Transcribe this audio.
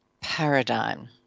paradigm